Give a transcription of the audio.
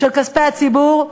של כספי הציבור,